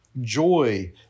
joy